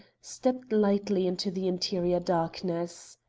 stepped lightly into the interior darkness.